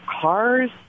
cars